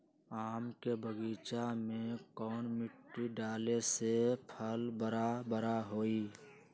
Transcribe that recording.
आम के बगीचा में कौन मिट्टी डाले से फल बारा बारा होई?